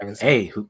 Hey